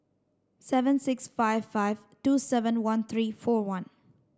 seven six five five two seven one three four one